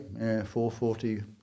440